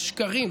בשקרים,